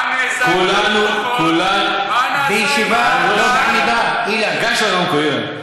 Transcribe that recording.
מה נעשה בפועל, גש לרמקול, אילן.